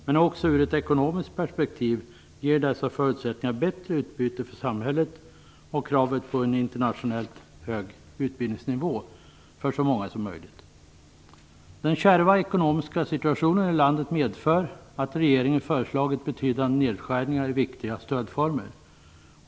Men också ur ett ekonomiskt perspektiv ger dessa förutsättningar bättre utbyte för samhället. Det ger också bättre förutsättningar för kravet på en internationellt hög utbildningsnivå för så många som möjligt. Den kärva ekonomiska situationen i landet medför att regeringen föreslagit betydande nedskärningar i viktiga stödformer.